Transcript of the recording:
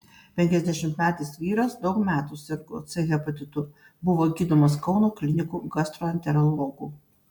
penkiasdešimtmetis vyras daug metų sirgo c hepatitu buvo gydomas kauno klinikų gastroenterologų